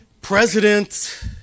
president